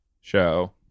show